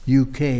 uk